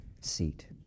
seat